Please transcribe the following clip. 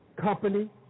company